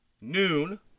noon